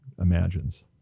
imagines